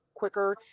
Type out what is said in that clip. quicker